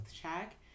check